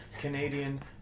Canadian